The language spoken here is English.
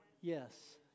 Yes